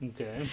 Okay